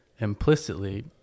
implicitly